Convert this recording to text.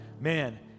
man